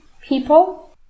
people